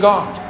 God